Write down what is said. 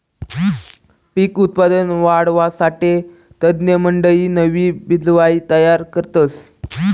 पिक उत्पादन वाढावासाठे तज्ञमंडयी नवी बिजवाई तयार करतस